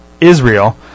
Israel